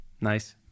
Nice